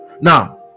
now